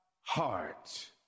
heart